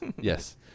Yes